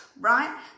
right